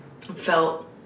felt